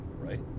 right